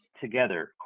together